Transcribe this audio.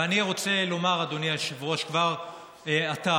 ואני רוצה לומר, אדוני היושב-ראש, כבר עתה: